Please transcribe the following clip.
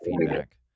feedback